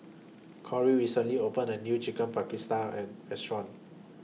Cori recently opened A New Chicken Paprikas Restaurant